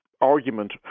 argument